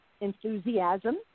enthusiasm